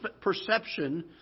perception